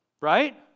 Right